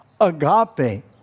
agape